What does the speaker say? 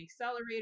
accelerator